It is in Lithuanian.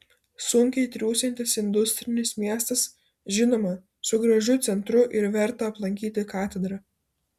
sunkiai triūsiantis industrinis miestas žinoma su gražiu centru ir verta aplankyti katedra